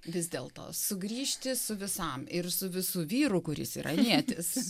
vis dėl to sugrįžti su visam ir su visu vyru kuris iranietis